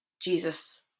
Jesus